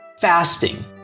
fasting